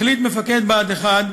החליט מפקד בה"ד 1,